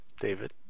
David